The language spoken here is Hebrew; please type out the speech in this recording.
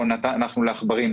או אנחנו נתנו לעכברים,